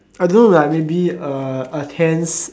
I don't know like maybe uh a tense